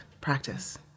practice